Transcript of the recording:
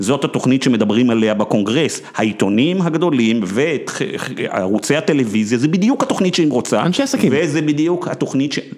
זאת התוכנית שמדברים עליה בקונגרס, העיתונים הגדולים וערוצי הטלוויזיה, זה בדיוק התוכנית שאם רוצה, אנשי עסקים, וזה בדיוק התוכנית ש...